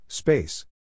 Space